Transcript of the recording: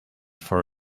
for